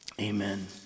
amen